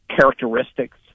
characteristics